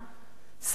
שר החינוך,